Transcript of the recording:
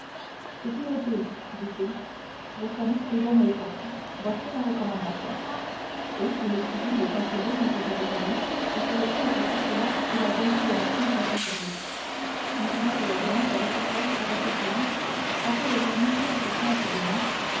c'est inutile dit-il je connais et j'aime les corses voici ma recommandation et il écrivit les quelques lignes que je vous remis et sur lesquelles votre excellence eut la bonté de me prendre à son service maintenant je le demande avec orgueil à votre excellence a-t-elle jamais eu à se plaindre de moi